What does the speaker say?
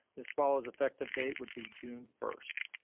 ms. swallows effective date would be june first.